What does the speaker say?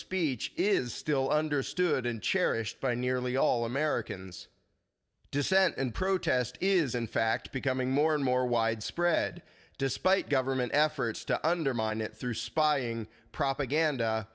speech is still understood and cherished by nearly all americans dissent and protest is in fact becoming more and more widespread despite government efforts to undermine it through spying propaganda